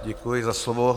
Děkuji za slovo.